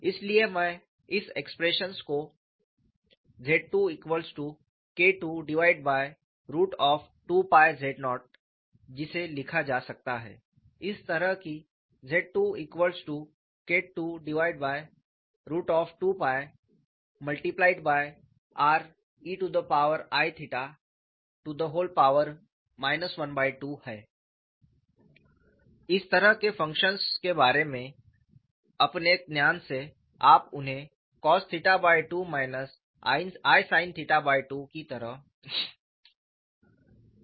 इसलिए मैं इस एक्सप्रेशन को ZIIKII2z0 जिसे लिखा जा सकता है इस तरह की ZIIKII2rei 12 है